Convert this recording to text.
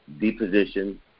deposition